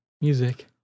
music